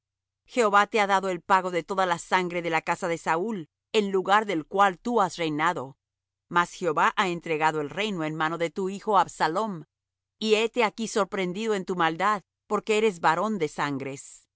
jehová te ha dado el pago de toda la sangre de la casa de saúl en lugar del cual tú has reinado mas jehová ha entregado el reino en mano de tu hijo absalom y hete aquí sorprendido en tu maldad porque eres varón de sangres